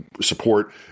support